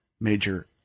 major